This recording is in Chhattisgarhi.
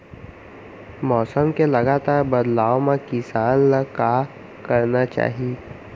मौसम के लगातार बदलाव मा किसान ला का करना चाही?